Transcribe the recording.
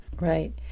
Right